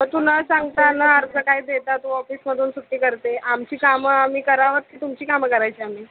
मग तू न सांगता न अर्ज काय देता तू ऑफिसमधून सुट्टी करते आमची कामं आम्ही करावं की तुमची कामं करायची आम्ही